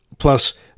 Plus